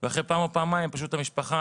ואחרי פעם או פעמיים פשוט המשפחה,